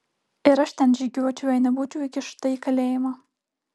ir aš ten žygiuočiau jei nebūčiau įkišta į kalėjimą